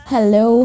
Hello